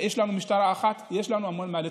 יש לנו משטרה אחת ויש לנו המון מה לתקן.